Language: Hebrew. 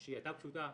שהיא הייתה פשוטה.